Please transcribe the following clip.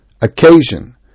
occasion